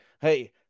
hey